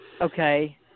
okay